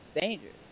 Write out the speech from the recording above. dangerous